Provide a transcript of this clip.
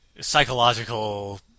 psychological